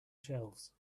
shelves